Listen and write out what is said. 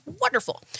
wonderful